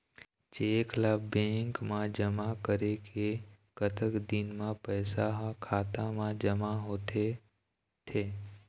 Cheque ला bank मा जमा करे के कतक दिन मा पैसा हा खाता मा जमा होथे थे?